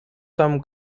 some